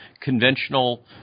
conventional